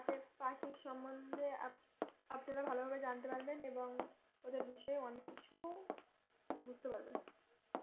তাকে পাখির সম্বন্ধে আপনারা ভালোভাবে জানতে পারবেন এবং ওদের বিষয়ে অনেক কিছু বুঝতে পারবেন